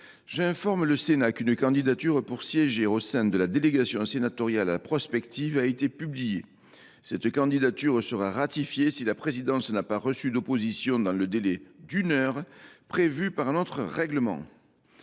J’informe le Sénat qu’une candidature pour siéger au sein de la délégation sénatoriale à la prospective a été publiée. Cette candidature sera ratifiée si la présidence n’a pas reçu d’opposition dans le délai d’une heure prévu par notre règlement.